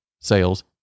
sales